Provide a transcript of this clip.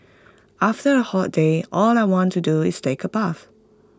after A hot day all I want to do is take A bath